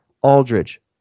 Aldridge